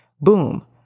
Boom